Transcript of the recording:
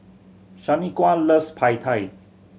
Shanequa loves Pad Thai